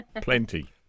Plenty